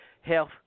health